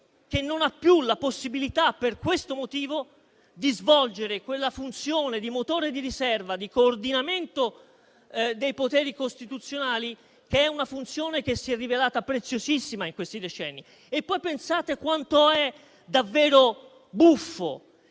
che non ha più la possibilità, per questo motivo, di svolgere quella funzione di motore di riserva e di coordinamento dei poteri costituzionali che si è rivelata preziosissima in questi decenni. E poi pensate quanto è davvero buffo